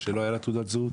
שלא הייתה לה תעודת זהות.